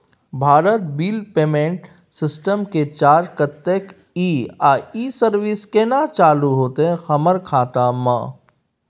Bharat bill payment system के charge कत्ते इ आ इ सर्विस केना चालू होतै हमर खाता म?